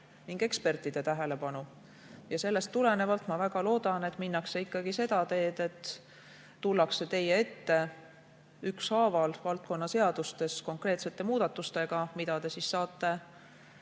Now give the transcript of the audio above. ja ekspertide tähelepanu. Sellest tulenevalt loodan, et minnakse ikkagi seda teed, et tullakse teie ette ükshaaval valdkonnaseadustes konkreetsete muudatustega, mida te saate